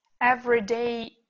everyday